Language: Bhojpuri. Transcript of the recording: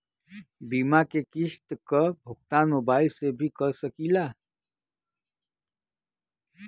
बीमा के किस्त क भुगतान मोबाइल से भी कर सकी ला?